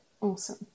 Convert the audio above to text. awesome